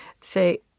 say